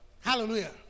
Hallelujah